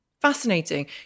Fascinating